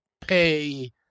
pay